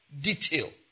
detail